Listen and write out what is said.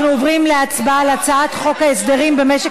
אנחנו עוברים להצבעה על הצעת חוק ההסדרים במשק